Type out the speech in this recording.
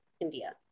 India